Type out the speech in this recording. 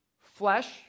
Flesh